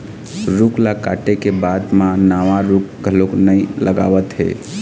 रूख ल काटे के बाद म नवा रूख घलोक नइ लगावत हे